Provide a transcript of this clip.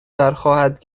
برخواهد